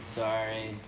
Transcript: sorry